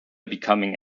becoming